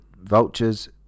Vultures